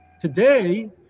Today